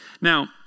Now